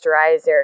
moisturizer